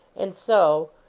and so,